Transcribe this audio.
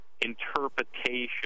interpretation